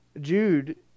Jude